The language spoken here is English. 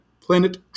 planet